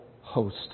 host